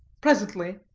presently,